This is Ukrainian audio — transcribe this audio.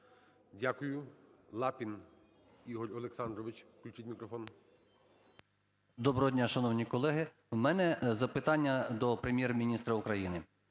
Дякую. Лапін Ігор Олександрович. Включіть мікрофон. 11:08:18 ЛАПІН І.О. Доброго дня, шановні колеги. У мене запитання до Прем'єр-міністра України.